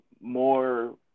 more